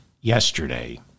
yesterday